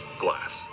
glass